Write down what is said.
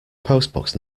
postbox